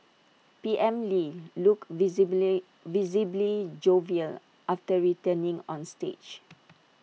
P M lee looked visibly visibly jovial after returning on stage